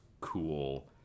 cool